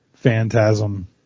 Phantasm